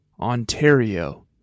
Ontario